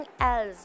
else